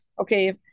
okay